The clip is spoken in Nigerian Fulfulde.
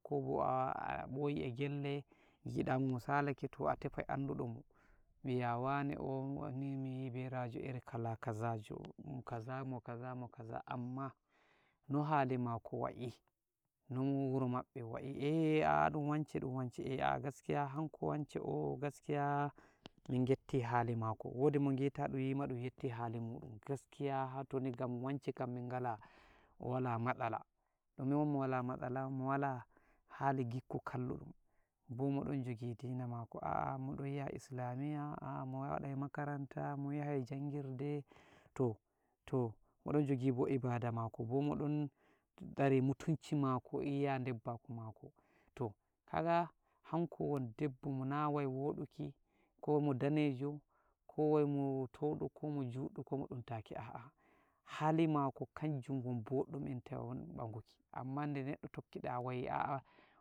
kobo a'a boyi e gelle giɗa mo salake to a tefai anduɗo mo, biya wane o miyi berajo iri kala kaza jo, mo kaza, mo kaza, mo kaza, amma no hali mako wa'i, no wuro maɓɓe wa'i, e a'a ɗun wance ɗun wance, e a'a gaskiya hanko wance o gaskiya min getti hali mako, wodi mo gita ɗun yima ɗun yetti hali muɗum, gaskiya toni gam wance kam min gala-wala matsala, ɗume won wala matsala, mo wali hali gikku kalluɗun, bo moɗon jogi dina mako, a'a mo ɗon yaha islamiya, a'a mo wadai makaranta, mo yahai jangirde, to-to mo ɗon jogi bo ibada mako, bo mo ɗon tsari mutunci mako iya debbaku mako, to kaga hanko won deɓɓo mo na wai woduki, ko mo danejo, ko wai mo towdo, ko mo juɗɗo, ko mo ɗun taki, a'a hali mako kanjum won boɗɗun enta e baguki amman de neɗɗo tokkida wai a'a.